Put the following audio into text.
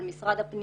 אבל משרד הפנים